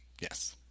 Yes